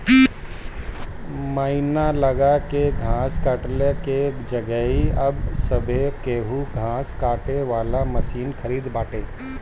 मनई लगा के घास कटले की जगही अब सभे केहू घास काटे वाला मशीन खरीदत बाटे